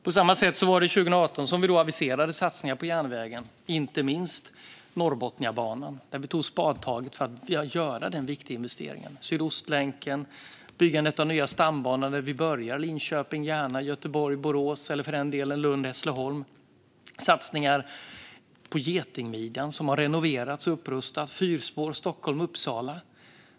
På samma sätt var det 2018 som vi aviserade satsningar på järnvägen, inte minst på Norrbotniabanan där vi tog det första spadtaget för att göra denna viktiga investering. Det handlade också om Sydostlänken och byggandet av nya stambanor, där vi börjar med Linköping-Järna, Göteborg-Borås eller för den delen Lund-Hässleholm. Det har varit satsningar på Getingmidjan, som har renoverats och upprustats. Det har också varit fyrspår Stockholm-Uppsala.